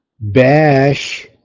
Bash